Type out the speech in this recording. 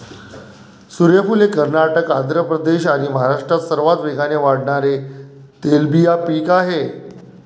सूर्यफूल हे कर्नाटक, आंध्र प्रदेश आणि महाराष्ट्रात सर्वात वेगाने वाढणारे तेलबिया पीक आहे